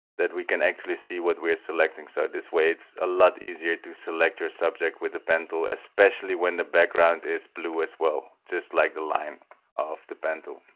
that we can actually see what we're selecting so this way it's a lot easier to select your subject with the pen tool especially when the background is blue as well just like the line of the pen tool